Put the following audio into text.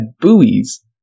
buoys